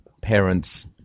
parents